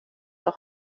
auch